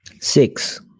Six